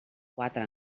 quatre